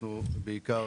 אנחנו בעיקר